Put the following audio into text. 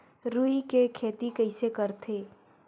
रुई के खेती कइसे करथे?